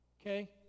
Okay